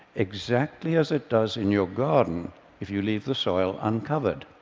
exactly as it does in your garden if you leave the soil uncovered.